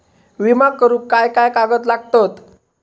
विमा करुक काय काय कागद लागतत?